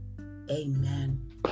Amen